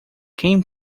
quem